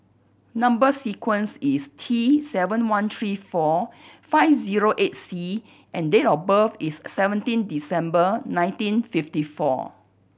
number sequence is T seven one three four five zero eight C and date of birth is seventeen December nineteen fifty four